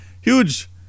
huge